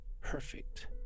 perfect